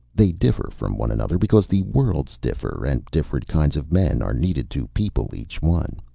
they differ from one another, because the worlds differ, and different kinds of men are needed to people each one.